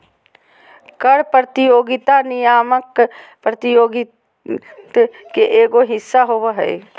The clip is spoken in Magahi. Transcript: कर प्रतियोगिता नियामक प्रतियोगित के एगो हिस्सा होबा हइ